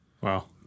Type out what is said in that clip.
Wow